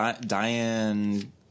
Diane